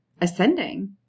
ascending